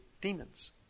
demons